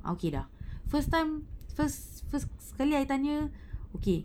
okay lah first time first first sekali I tanya okay